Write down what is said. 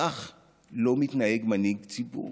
כך לא מתנהג מנהיג ציבור.